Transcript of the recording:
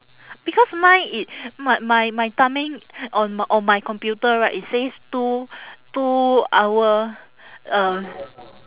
because mine it my my my timing on on my computer right it says two two hour uh